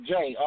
Jay